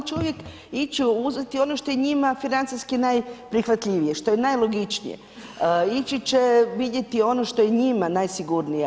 Čovjek će ići uzeti ono što je njima financijski najprihvatljivije, što je najlogičnije, ići će vidjeti ono što je njima najsigurnije.